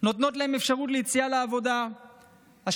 נותנות להם אפשרות ליציאה לעבודה כאשר